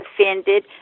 offended